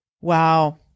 Wow